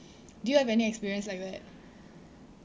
do you have any experience like that